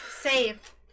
save